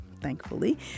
thankfully